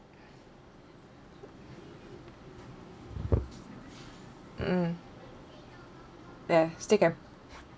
mm ya still can